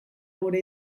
gure